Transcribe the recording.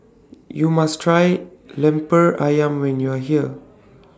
YOU must Try Lemper Ayam when YOU Are here